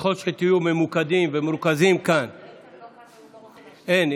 ככל שתהיו ממוקדים ומרוכזים כאן, אין.